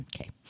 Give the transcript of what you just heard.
Okay